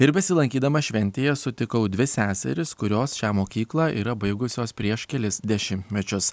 ir besilankydamas šventėje sutikau dvi seseris kurios šią mokyklą yra baigusios prieš kelis dešimtmečius